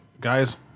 Guys